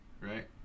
right